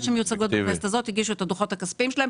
שמיוצגות בכנסת הזאת הגישו את הדוחות הכספיים שלהם.